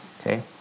Okay